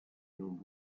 non